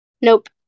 Nope